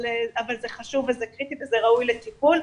אבל זה חשוב וזה קריטי וזה ראוי לטיפול.